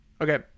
Okay